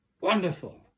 Wonderful